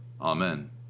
Amen